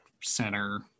center